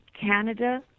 Canada